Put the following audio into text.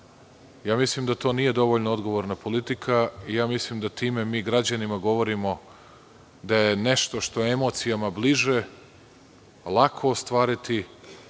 mislim da to nije dovoljno odgovorna politika. Mislim da time građanima govorimo da je nešto što je emocijama bliže lako ostvariti,